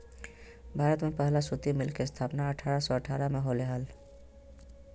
भारत में पहला सूती मिल के स्थापना अठारह सौ अठारह में होले हल